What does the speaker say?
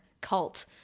cult